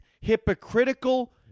hypocritical